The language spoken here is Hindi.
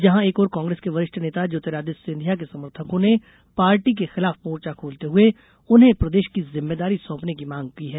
जहां एक ओर कांग्रेस के वरिष्ठ नेता ज्योतिरादित्य सिंधिया के समर्थकों ने पार्टी के खिलाफ मोर्चा खोलते हये उन्हें प्रदेश की जिम्मेदारी सौंपने की मांग कर रहे हैं